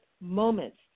moments